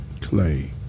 clay